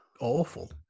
awful